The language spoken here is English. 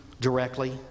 directly